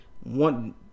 one